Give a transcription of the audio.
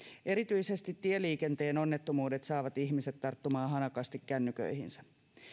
erityisesti tieliikenteen onnettomuudet saavat ihmiset tarttumaan hanakasti kännyköihinsä